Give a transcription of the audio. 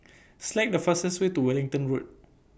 Select The fastest Way to Wellington Road